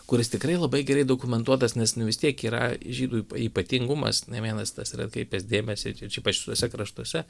kuris tikrai labai gerai dokumentuotas nes nu vis tiek yra žydų ypatingumas ne vienas yra atkreipęs dėmesį ypač tuose kraštuose